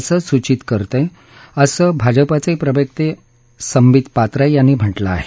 असं सुचित करते असं भाजपाचे प्रवक्ते संबित पात्रा यांनी म्हटलं आहे